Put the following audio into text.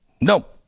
nope